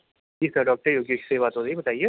جی sir doctor Yogesh سے بات ہو رہی ہے بتائیے